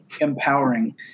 empowering